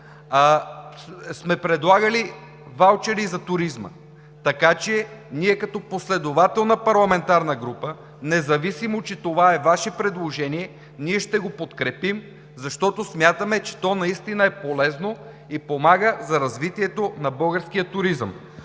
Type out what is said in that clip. сме предлагали ваучери за туризма. Така че ние като последователна парламентарна група, независимо че това е Ваше предложение, ще го подкрепим, защото смятаме, че то наистина е полезно и помага за развитието на българския туризъм.